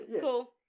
Cool